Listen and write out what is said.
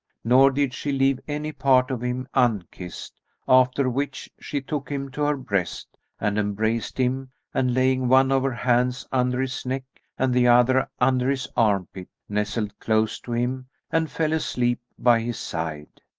nor did she leave any part of him unkissed after which she took him to her breast and embraced him and, laying one of her hands under his neck and the other under his arm-pit, nestled close to him and fell asleep by his side